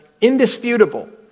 indisputable